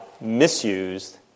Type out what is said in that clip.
misused